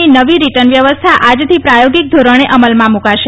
ની નવી રિટર્ન વ્યવસ્થા આજથી પ્રાયોગિક ધોરણે અમલમાં મુકાશે